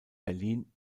berlin